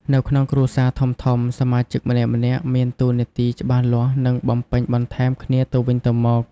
នៅក្នុងគ្រួសារធំៗ សមាជិកម្នាក់ៗមានតួនាទីច្បាស់លាស់ និងបំពេញបន្ថែមគ្នាទៅវិញទៅមក។